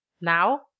Now